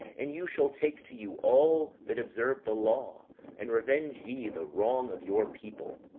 and you shall take to you all that observe the law and revenge ye the wrong of your people.